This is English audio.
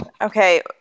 Okay